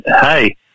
hey